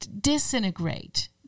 disintegrate